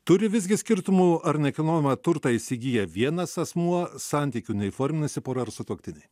turi visgi skirtumų ar nekilnojamą turtą įsigyja vienas asmuo santykių neįforminusi pora ar sutuoktiniai